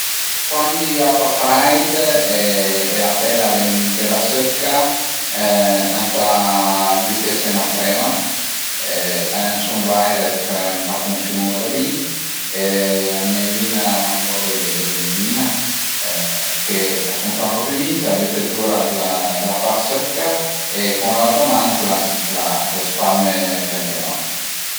Cuandi a fa freit e la pel a ven bela sëcca, ëntà bütese 'na crema, a i na sun vaire dë creme ch'a funsiun-a da bin, a i n'a ie üna norvegese, a më zmìa che ch'a funsiun-a propi bin, t'la büte zura la part sëcca e cun l'auta man t'la t'la spalme pian pianot